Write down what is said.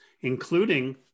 including